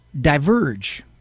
diverge